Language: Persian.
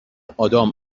آدام